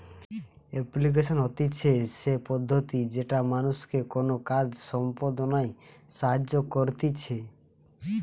application হতিছে সে পদ্ধতি যেটা মানুষকে কোনো কাজ সম্পদনায় সাহায্য করতিছে